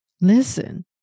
Listen